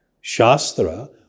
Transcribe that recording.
Shastra